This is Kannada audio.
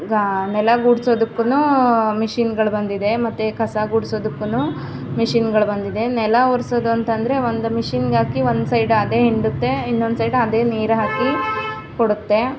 ಗಾ ನೆಲ ಗುಡಿಸೋದಕ್ಕುನೂ ಮಿಷೀನ್ಗಳು ಬಂದಿದೆ ಮತ್ತು ಕಸ ಗುಡಿಸೋದಕ್ಕುನು ಮಿಷೀನ್ಗಳು ಬಂದಿದೆ ನೆಲ ಒರೆಸೋದು ಅಂತ ಅಂದರೆ ಒಂದು ಮಿಷೀನ್ಗೆ ಹಾಕಿ ಒಂದು ಸೈಡ್ ಅದೇ ಹಿಂಡುತ್ತೆ ಇನ್ನೊಂದು ಸೈಡ್ ಅದೇ ನೀರು ಹಾಕಿ ಕೊಡುತ್ತೆ